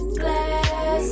glass